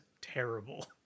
terrible